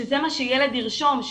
שזה מה שילד ירשום,